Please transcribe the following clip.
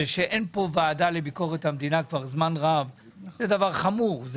זה שאין פה ועדה לביקורת המדינה כבר זמן רב זה דבר חמור,